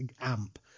AMP